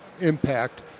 impact